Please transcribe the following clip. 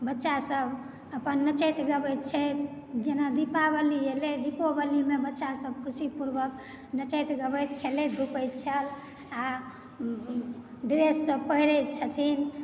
बच्चासभ अपन नचैत गबय छै जेना दीपावली एलय दीपोवलीमे बच्चासभ खुशीपूर्वक नचैत गबैत खेलैत धूपैत छथि आ ड्रेससभ पहिरय छथिन